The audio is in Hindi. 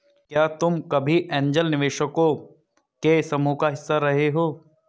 क्या तुम कभी ऐन्जल निवेशकों के समूह का हिस्सा रहे हो?